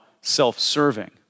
self-serving